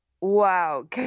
Wow